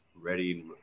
ready